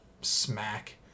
smack